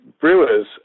brewers